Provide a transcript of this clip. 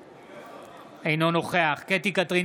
אינו נוכח קטי קטרין